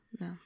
no